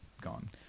gone